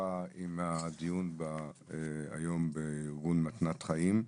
ממשיכה עם הדיון היום בארגון מתנת חיים.